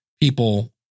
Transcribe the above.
people